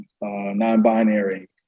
non-binary